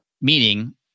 Meaning